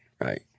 right